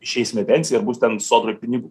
išeisime į pensiją bus ten sodroj pinigų